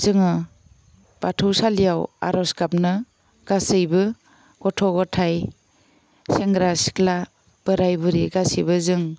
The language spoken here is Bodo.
जोङो बाथौसालियाव आर'ज गाबनो गासैबो गथ' गथाइ सेंग्रा सिख्ला बोराइ बुरै गासिबो जों